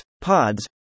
pods